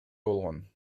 болгон